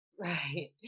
Right